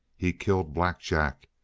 he killed black jack!